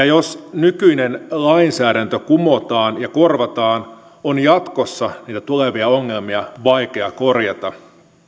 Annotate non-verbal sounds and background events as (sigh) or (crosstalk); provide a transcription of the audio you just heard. (unintelligible) jos nykyinen lainsäädäntö kumotaan ja korvataan on jatkossa niitä tulevia ongelmia vaikea korjata